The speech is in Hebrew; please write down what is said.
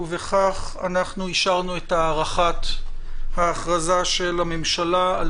ובכך אישרנו את הארכת ההכרזה של הממשלה על